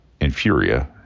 Infuria